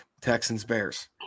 Texans-Bears